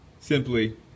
simply